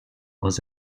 was